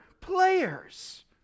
players